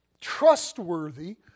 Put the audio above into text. trustworthy